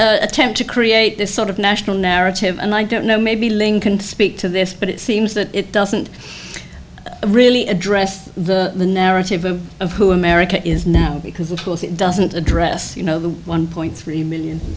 this attempt to create this sort of national narrative and i don't know maybe lincoln speak to this but it seems that it doesn't really address the narrative of who america is now because of course it doesn't address you know the one point three million